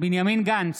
בנימין גנץ,